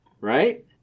right